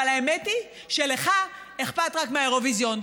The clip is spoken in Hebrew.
אבל האמת היא שלך אכפת רק מהאירוויזיון,